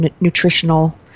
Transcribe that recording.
nutritional